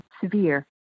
severe